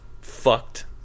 fucked